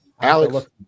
Alex